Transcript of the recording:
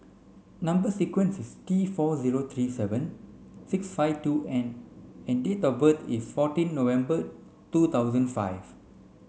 number sequence is T four zero three seven six five two N and date of birth is fourteen November two thousand five